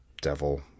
devil